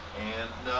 and